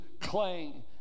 clang